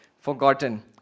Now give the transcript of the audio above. forgotten